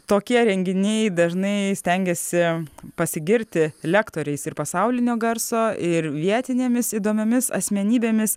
tokie renginiai dažnai stengiasi pasigirti lektoriais ir pasaulinio garso ir vietinėmis įdomiomis asmenybėmis